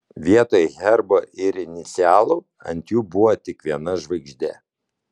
vietoj herbo ir inicialų ant jų buvo tik viena žvaigždė